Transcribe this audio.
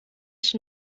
ich